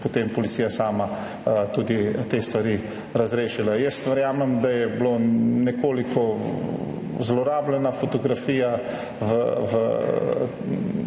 potem policija sama tudi te stvari razrešila. Jaz verjamem, da je bila nekoliko zlorabljena fotografija v